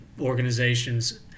organizations